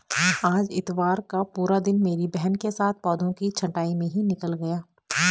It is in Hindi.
आज इतवार का पूरा दिन मेरी बहन के साथ पौधों की छंटाई में ही निकल गया